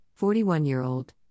41-year-old